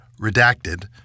Redacted